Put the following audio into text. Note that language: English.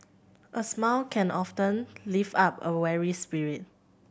a smile can often lift up a weary spirit